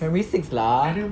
primary six lah